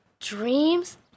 Dreams